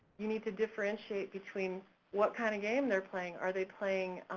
you need to differentiate between what kind of game they're playing, are they playing